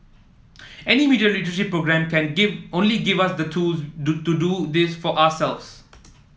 any media literacy programme can give only give us the tools to do this for ourselves